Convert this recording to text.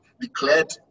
declared